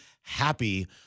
happy –